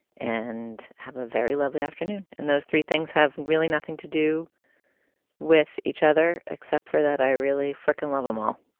and have a very lovely afternoon. and those three things have really nothing to do with each other except for that i really freaking love them all